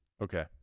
Okay